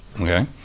Okay